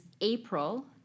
April